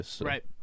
Right